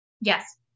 Yes